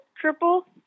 triple